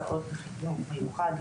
של הסעות בחינוך המיוחד,